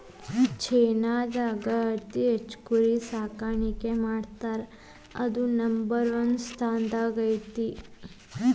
ಚೇನಾದಾಗ ಅತಿ ಹೆಚ್ಚ್ ಕುರಿ ಸಾಕಾಣಿಕೆ ಮಾಡ್ತಾರಾ ಅದು ನಂಬರ್ ಒನ್ ಸ್ಥಾನದಾಗ ಐತಿ